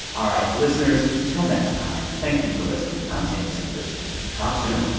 all right, listeners. till next time, thank you for listening. i'm sam sanders talk soon